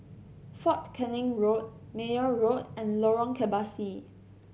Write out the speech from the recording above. Fort Canning Road Meyer Road and Lorong Kebasi